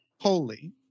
Holy